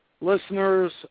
listeners